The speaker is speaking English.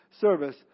service